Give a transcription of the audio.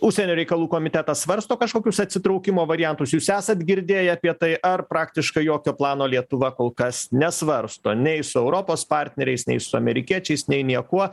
užsienio reikalų komitetas svarsto kažkokius atsitraukimo variantus jūs esat girdėję apie tai ar praktiškai jokio plano lietuva kol kas nesvarsto nei su europos partneriais nei su amerikiečiais nei niekuo